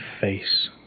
face